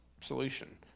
solution